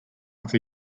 off